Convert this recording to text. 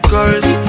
Cause